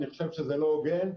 אני חושב שזה לא הוגן.